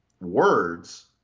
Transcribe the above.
words